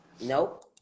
Nope